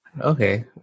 Okay